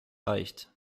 leicht